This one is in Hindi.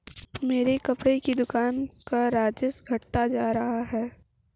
मेरी कपड़े की दुकान का राजस्व घटता जा रहा है